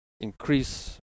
increase